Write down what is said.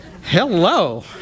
hello